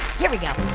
here we go ah,